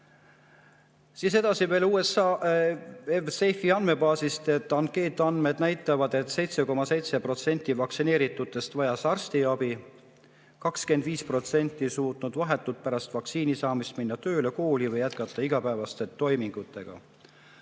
käib. Edasi veel USAv-safe'i andmebaasist. Ankeetandmed näitavad, et 7,7% vaktsineeritutest vajas arstiabi, 25% ei suutnud vahetult pärast vaktsiini saamist minna tööle, kooli või jätkata igapäevaste toimingutega.